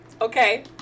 Okay